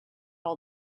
all